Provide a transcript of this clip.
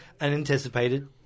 unanticipated